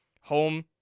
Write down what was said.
home